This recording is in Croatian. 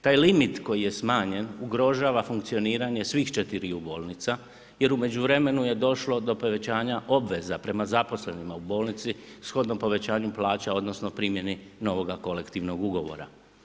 Taj limit koji je smanjen ugrožava funkcioniranje svih četiriju bolnica jer u međuvremenu je došlo do povećanja obveza prema zaposlenima u bolnici, shodno povećanju plaća odnosno primjeni novoga kolektivnog ugovora.